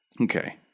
Okay